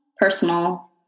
personal